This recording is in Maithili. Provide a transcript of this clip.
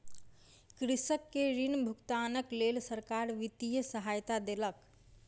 कृषक के ऋण भुगतानक लेल सरकार वित्तीय सहायता देलक